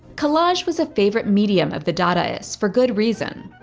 collage was a favorite medium of the dadaists for good reason,